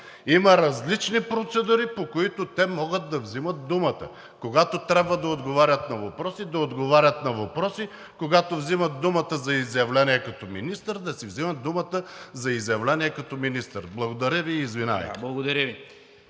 Има различни процедури, по които те могат да вземат думата: когато трябва да отговарят на въпроси – да отговарят на въпроси; когато вземат думата за изявление като министър – да си вземат думата за изявление като министър. Благодаря Ви и извинявайте. ПРЕДСЕДАТЕЛ